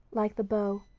like the bow,